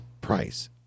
price